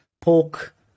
Pork